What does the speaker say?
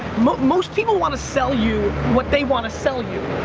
most people want to sell you what they want to sell you,